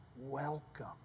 welcome